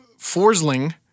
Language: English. Forsling